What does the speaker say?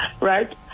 right